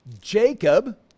jacob